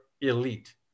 elite